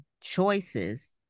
choices